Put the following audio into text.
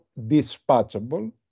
dispatchable